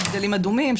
של דגלים אדומים,